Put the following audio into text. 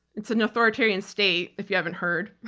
it's an authoritarian state if you haven't heard.